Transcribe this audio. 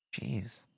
Jeez